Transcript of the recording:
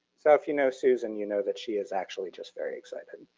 so if you know susan, you know that she is actually just very excited,